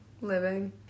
living